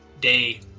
Day